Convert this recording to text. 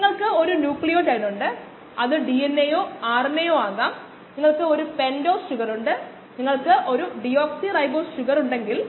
ഇവിടെ ഈ വ്യവസായം കുറഞ്ഞ അളവിലുള്ള സബ്സ്ട്രേറ്റ് ഉൽപ്പന്നമായി ഉയോഗിക്കുന്നതിന് നോക്കുകയായിരുന്നു കാരണം ഈ സബ്സ്ട്രേറ്റ് കോശങ്ങൾക്കു വിഷാംശം ഉണ്ടാകുന്നു